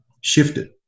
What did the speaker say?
shifted